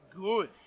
good